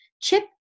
chip